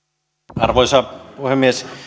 arvoisa puhemies kun